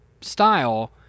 style